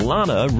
Lana